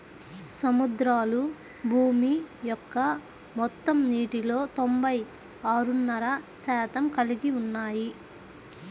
సముద్రాలు భూమి యొక్క మొత్తం నీటిలో తొంభై ఆరున్నర శాతం కలిగి ఉన్నాయి